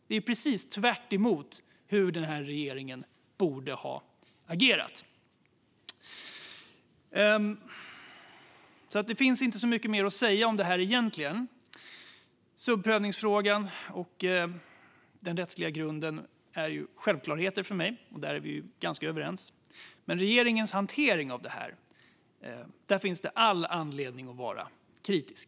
Det är precis tvärtemot hur den här regeringen borde ha agerat. Det finns egentligen inte så mycket mer att säga om det här. Subsidiaritetsprövningsfrågan och den rättsliga grunden är självklarheter för mig, och där är vi ganska överens. Men när det gäller regeringens hantering av det här finns det all anledning att vara kritisk.